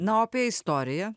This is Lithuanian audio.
na o apie istoriją